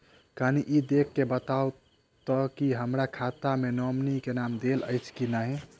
कनि ई देख कऽ बताऊ तऽ की हमरा खाता मे नॉमनी केँ नाम देल अछि की नहि?